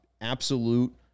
absolute